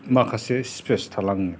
माखासे स्पेस थालाङो